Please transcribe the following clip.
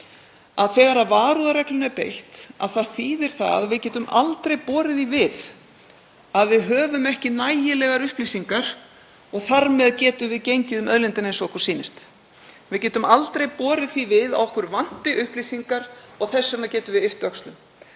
að þegar varúðarreglu er beitt þýðir það að við getum aldrei borið því við að við höfum ekki nægilegar upplýsingar og að þar með getum við gengið um auðlindina eins og okkur sýnist. Við getum aldrei borið því við að okkur vanti upplýsingar og að þess vegna getum við yppt öxlum.